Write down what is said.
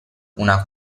una